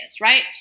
right